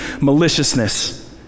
maliciousness